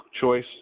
choice